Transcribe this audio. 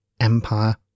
empire